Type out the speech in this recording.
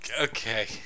okay